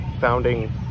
founding